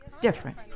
different